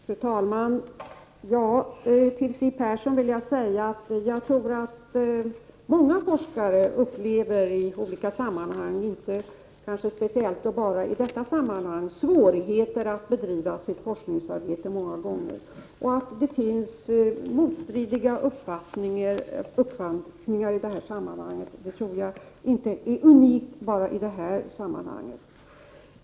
Fru talman! Till Siw Persson vill jag säga att jag tror att forskare många gånger — kanske inte speciellt i det här sammanhanget — upplever svårigheter att bedriva sitt forskningsarbete. Att det finns motstridiga uppfattningar i det här sammanhanget tror jag inte är unikt.